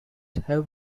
have